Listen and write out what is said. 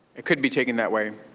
it could be taken that way,